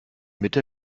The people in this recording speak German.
mitte